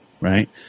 right